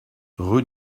rue